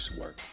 work